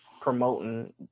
promoting